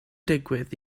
digwydd